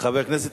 חבר הכנסת